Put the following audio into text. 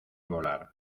volar